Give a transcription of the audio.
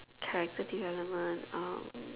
character development um